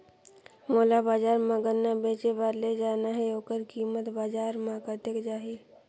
मोला बजार मां गन्ना बेचे बार ले जाना हे ओकर कीमत बजार मां कतेक जाही?